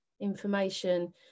information